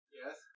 yes